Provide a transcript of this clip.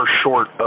short